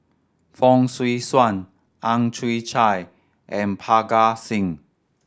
Fong Swee Suan Ang Chwee Chai and Parga Singh